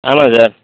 ஆமாம் சார்